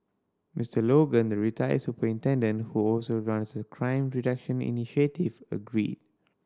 Mister Logan the retired superintendent who also runs a crime reduction initiative agreed